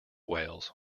wales